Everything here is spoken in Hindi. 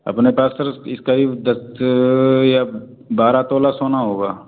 अपने पास सर करीब दस या बारह तोला सोना होगा